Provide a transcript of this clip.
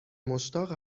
مشتاق